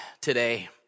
today